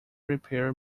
repair